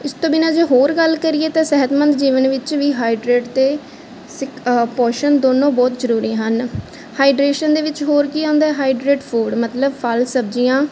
ਇਸ ਤੋਂ ਬਿਨ੍ਹਾਂ ਜੇ ਹੋਰ ਗੱਲ ਕਰੀਏ ਤਾਂ ਸਿਹਤਮੰਦ ਜੀਵਨ ਵਿੱਚ ਵੀ ਹਾਈਡਰੇਟ ਅਤੇ ਸਿਕ ਪੋਸ਼ਨ ਦੋਨੋਂ ਬਹੁਤ ਜ਼ਰੂਰੀ ਹਨ ਹਾਈਡਰੇਸ਼ਨ ਦੇ ਵਿੱਚ ਹੋਰ ਕੀ ਆਉਂਦਾ ਹਾਈਡਰੇਟ ਫੂਡ ਮਤਲਬ ਫਲ ਸਬਜ਼ੀਆਂ